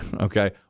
okay